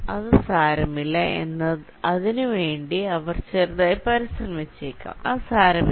അത് സാരമില്ല